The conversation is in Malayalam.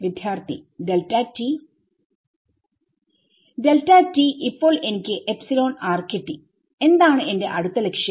വിദ്യാർത്ഥി ഡെൽറ്റ t ഇപ്പോൾ എനിക്ക് കിട്ടി എന്താണ് എന്റെ അടുത്ത ലക്ഷ്യം